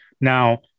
Now